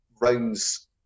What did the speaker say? rounds